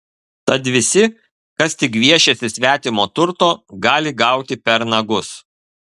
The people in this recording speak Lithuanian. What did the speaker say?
tad visi kas tik gviešiasi svetimo turto gali gauti per nagus